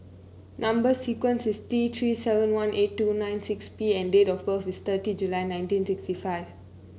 number sequence is T Three seven one eight two nine six P and date of birth is thirty July nineteen sixty five